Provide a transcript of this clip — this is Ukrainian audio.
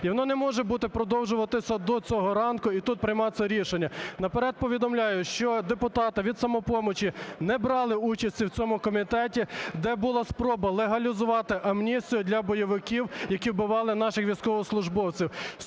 І воно не може бути… продовжуватися до цього ранку і тут прийматися рішення. Наперед повідомляю, що депутати від "Самопомочі" не брали участі в цьому комітеті, де була спроба легалізувати амністію для бойовиків, які вбивали наших військовослужбовців.